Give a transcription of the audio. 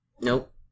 Nope